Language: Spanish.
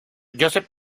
joseph